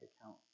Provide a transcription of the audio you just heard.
account